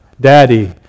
daddy